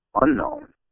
unknown